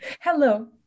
Hello